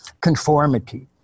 conformity